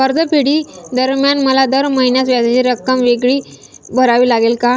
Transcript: कर्जफेडीदरम्यान मला दर महिन्यास व्याजाची रक्कम वेगळी भरावी लागेल का?